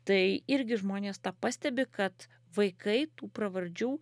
tai irgi žmonės tą pastebi kad vaikai tų pravardžių